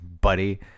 buddy